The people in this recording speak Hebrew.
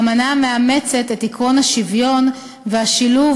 אמנה המאמצת את עקרון השוויון והשילוב